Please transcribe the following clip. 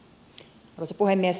arvoisa puhemies